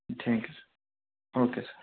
ٹھیک ہے sir okay سر